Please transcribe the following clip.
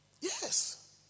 Yes